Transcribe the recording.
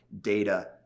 data